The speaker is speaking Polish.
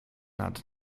nad